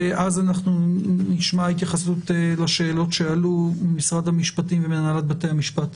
ואז נשמע התייחסות לשאלות שעלו ממשרד המשפטים ומהנהלת בתי המשפט,